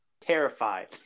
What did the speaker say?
terrified